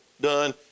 done